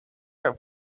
her